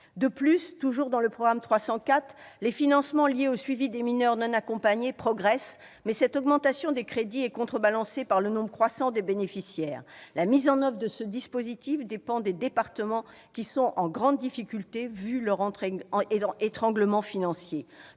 De plus, toujours dans le programme 304, les financements liés au suivi des mineurs non accompagnés progressent, mais cette augmentation des crédits est contrebalancée par le nombre croissant de bénéficiaires. La mise en oeuvre de ce dispositif dépend des départements, qui sont en grande difficulté, vu leur étranglement financier,